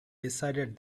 decided